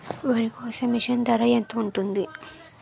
వరి కోసే మిషన్ ధర ఎంత ఉంటుంది?